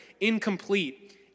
incomplete